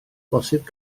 bosib